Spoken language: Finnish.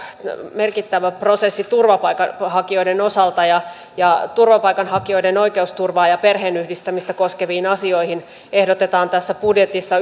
merkittävä prosessi turvapaikanhakijoiden osalta ja ja turvapaikanhakijoiden oikeusturvaa ja perheenyhdistämistä koskeviin asioihin ehdotetaan tässä budjetissa